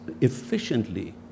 efficiently